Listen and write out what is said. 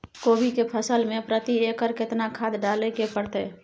कोबी के फसल मे प्रति एकर केतना खाद डालय के परतय?